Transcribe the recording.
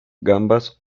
gambas